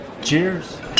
Cheers